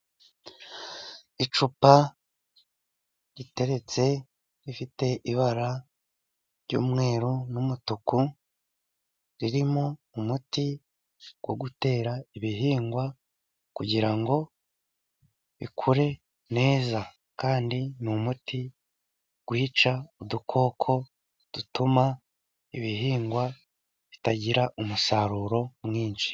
Icupa riteretse rifite ibara ry'umweru n'umutuku, ririmo umuti wo gutera ibihingwa kugira ngo bikure neza ,kandi ni umuti wica udukoko dutuma ibihingwa bitagira umusaruro mwinshi.